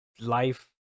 life